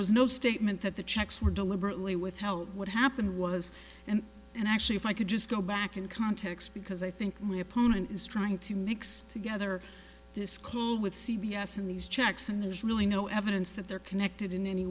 was no statement that the checks were deliberately withheld what happened was and and actually if i could just go back in context because i think my opponent is trying to mix together this call with c b s and these checks and there's really no evidence that they're connected in any